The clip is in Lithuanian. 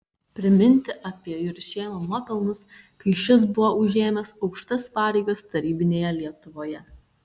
priminti apie juršėno nuopelnus kai šis buvo užėmęs aukštas pareigas tarybinėje lietuvoje